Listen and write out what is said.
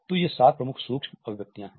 तो ये सात प्रमुख सूक्ष्म अभिव्यक्तियाँ हैं